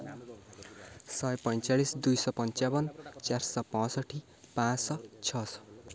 ଶହେ ପଇଁଚାଳିଶ ଦୁଇଶହ ପଞ୍ଚାବନ ଚାରିଶହ ପଅଁଷଠି ପାଞ୍ଚଶହ ଛଅଶହ